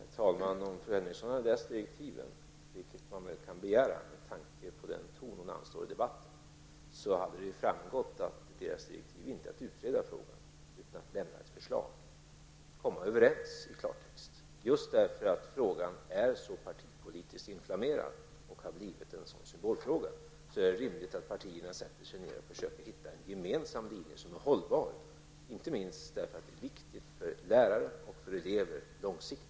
Herr talman! Om fru Henriksson hade läst direktiven, vilket man väl kan begära med tanke på den ton hon anslår i debatten, hade det framgått att kommittén inte fått direktiv att utreda frågan, utan lämna ett förslag. Det handlar i klartext om att komma överens. Eftersom frågan är så partipolitiskt inflammerad och blivit en sådan symbolfråga är det rimligt att partierna sätter sig ner och försöker hitta en gemensam linje som är hållbar, Detta är inte minst viktigt för lärare och elever på lång sikt.